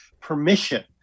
permission